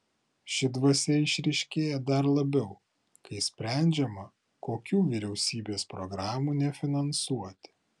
ši dvasia išryškėja dar labiau kai sprendžiama kokių vyriausybės programų nefinansuoti